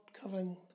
covering